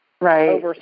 Right